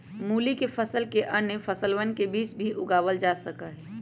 मूली के फसल के अन्य फसलवन के बीच भी उगावल जा सका हई